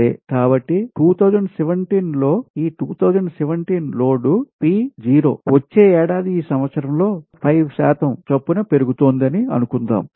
సరే కాబట్టి 2017 లో ఈ 2017 లోడ్ P0 వచ్చే ఏడాది ఈ సమయంలో 5 శాతం చొప్పున పెరుగుతోందని అనుకుందాం